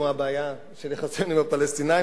כמו הבעיה של היחסים עם הפלסטינים,